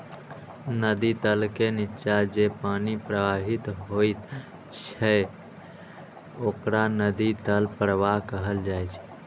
नदी तल के निच्चा जे पानि प्रवाहित होइत छैक ओकरा नदी तल प्रवाह कहल जाइ छै